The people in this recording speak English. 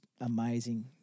amazing